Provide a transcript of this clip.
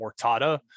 Mortada